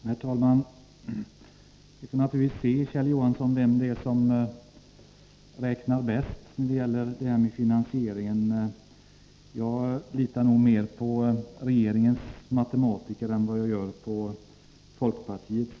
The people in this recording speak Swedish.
Herr talman! Vi får naturligtvis se, Kjell Johansson, vem det är som räknar bäst när det gäller finansieringen av skatteomläggningen. Jag litar nog mer på regeringens matematiker än på folkpartiets.